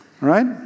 Right